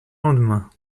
lendemain